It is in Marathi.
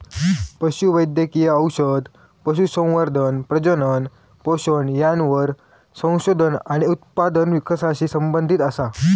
पशु वैद्यकिय औषध, पशुसंवर्धन, प्रजनन, पोषण यावर संशोधन आणि उत्पादन विकासाशी संबंधीत असा